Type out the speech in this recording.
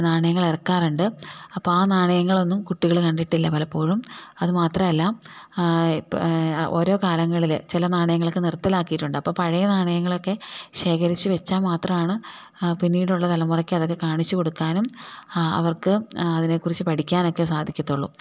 നാണയങ്ങൾ ഇറക്കാറുണ്ട് അപ്പം ആ നാണയങ്ങളൊന്നും കുട്ടികൾ കണ്ടിട്ടില്ല പലപ്പോഴും അത് മാത്രമല്ല ഓരോ കാലങ്ങളിൽ ചില നാണയങ്ങളൊക്ക നിർത്തലാക്കിയിട്ടുണ്ട് അപ്പോൾ പഴയ നാണയങ്ങളൊക്കെ ശേഖരിച്ചു വച്ചാൽ മാത്രമാണ് പിന്നീടുള്ള തലമുറയ്ക്ക് അതൊക്കെ കാണിച്ചു കൊടുക്കാനും അവർക്ക് അതിനെ കുറിച്ചു പഠിക്കാനുമൊക്കെ സാധിക്കുകയുള്ളൂ